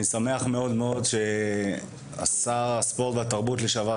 אני שמח מאוד ששר הספורט לשעבר,